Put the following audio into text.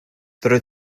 roeddet